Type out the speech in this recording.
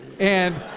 and.